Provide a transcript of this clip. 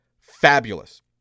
fabulous